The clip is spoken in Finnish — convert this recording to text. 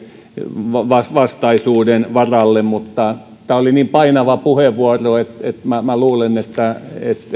vastaisuuden varalle tämä oli niin painava puheenvuoro että minä luulen että